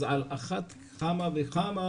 אז על אחת כמה וכמה,